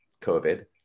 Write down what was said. COVID